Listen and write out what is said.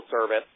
service